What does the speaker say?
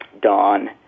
Don